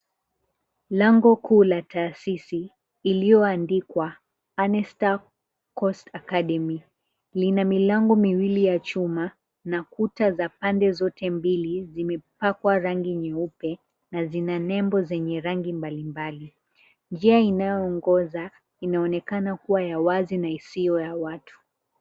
Lango kuu la tahasisi iliyoandikwa Annesta Coast Academy, lina milango miwili ya chuma na kuta za pande zote mbili zimepakwa rangi nyeupe na zina nembo zenye rangi mbalimbali. Njia inayoongoza inaonekana kuwa ya wazi na isiyo ya watu.